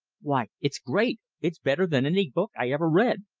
why, it's great! it's better than any book i ever read!